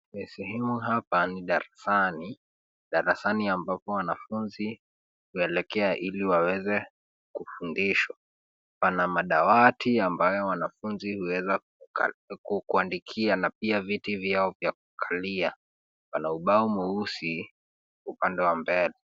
Sehemu hapa ni darasani. Darasani ambapo wanafunzi huelekea ili waweze kufundishwa. Pana madawati, ambayo wanafunzi huweza kuandikia, na pia viti vyao vya kukalia. Pana ubao mweusi, upande wa mbele.